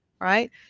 Right